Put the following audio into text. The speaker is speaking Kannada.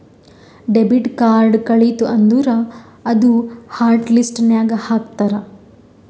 ಡೆಬಿಟ್ ಕಾರ್ಡ್ ಕಳಿತು ಅಂದುರ್ ಅದೂ ಹಾಟ್ ಲಿಸ್ಟ್ ನಾಗ್ ಹಾಕ್ತಾರ್